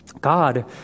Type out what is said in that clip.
God